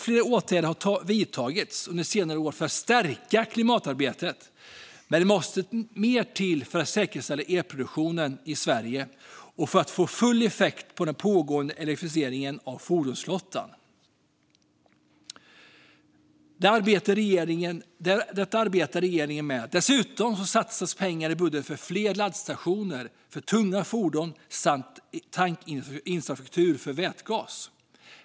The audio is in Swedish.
Flera åtgärder har vidtagits under senare år för att stärka klimatarbetet, men mer måste till för att säkerställa elproduktionen i Sverige och för att få full effekt av den pågående elektrifieringen av fordonsflottan. Detta arbetar regeringen med. Dessutom satsas pengar i budgeten på fler laddstationer för tunga fordon samt tankinfrastruktur för vätgas.